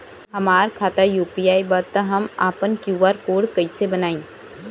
हमार खाता यू.पी.आई बा त हम आपन क्यू.आर कोड कैसे बनाई?